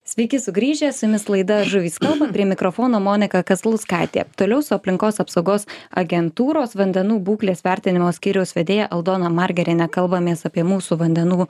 sveiki sugrįžę su jumis laida žuvys kalba prie mikrofono monika kazlauskaitė toliau su aplinkos apsaugos agentūros vandenų būklės vertinimo skyriaus vedėja aldona margeriene kalbamės apie mūsų vandenų